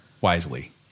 wisely